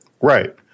right